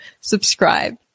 Subscribe